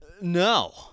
No